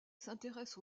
s’intéresse